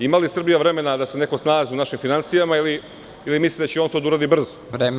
Ima li Srbija vremena da se neko snalazi u našim finansijama ili misli da će on to da uradi brzo?